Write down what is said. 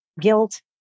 guilt